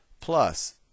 plus